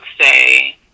say